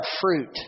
fruit